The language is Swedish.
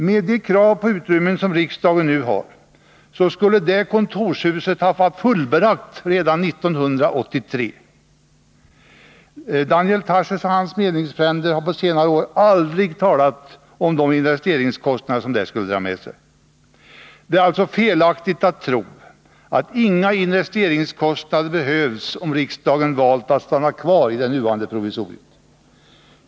Med de krav på utrymme som riksdagen nu har skulle detta kontorshus ha varit fullbelagt redan 1983. Daniel Tarschys och hans meningsfränder har på senare år aldrig talat om de investeringskostnader som det skulle dra med sig. Det är alltså felaktigt att tro att inga investeringskostnader hade behövts om riksdagen valt att stanna kvar i det nuvarande provisoriet.